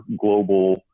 global